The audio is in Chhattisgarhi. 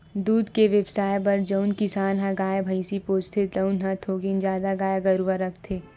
दूद के बेवसाय बर जउन किसान ह गाय, भइसी पोसथे तउन ह थोकिन जादा गाय गरूवा राखथे